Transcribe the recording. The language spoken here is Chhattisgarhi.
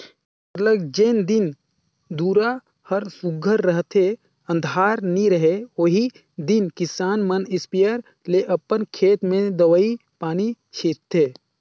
सरलग जेन दिन दुरा हर सुग्घर रहथे अंधार नी रहें ओही दिन किसान मन इस्पेयर ले अपन खेत में दवई पानी छींचथें